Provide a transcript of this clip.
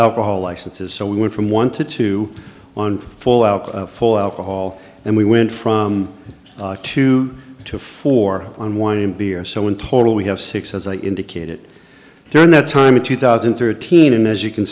alcohol licenses so we went from one to two one full out for alcohol and we went from two to four on one in beer so in total we have six as i indicated during that time in two thousand and thirteen and as you can